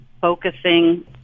focusing